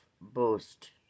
boast